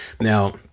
now